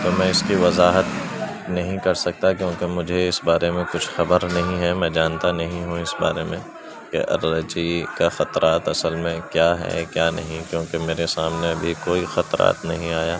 تو میں اس کی وضاحت نہیں کر سکتا کیونکہ مجھے اس بارے میں کچھ خبر نہیں ہے میں جانتا نہیں ہوں اس بارے میں کہ الرجی کا خطرات اصل میں کیا ہے کیا نہیں کیونکہ میرے سامنے ابھی کوئی خطرات نہیں آیا